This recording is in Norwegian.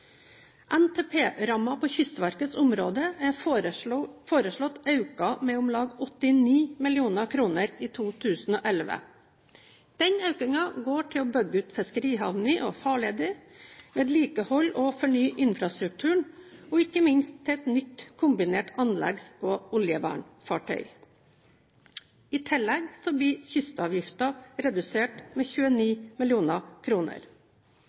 på Kystverkets område er foreslått økt med om lag 89 mill. kr i 2011. Den økningen går til å bygge ut fiskerihavner og farleder, vedlikeholde og fornye infrastrukturen, og ikke minst til et nytt kombinert anleggs- og oljevernfartøy. I tillegg blir kystavgiften redusert med 29